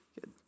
Good